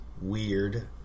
weird